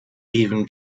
even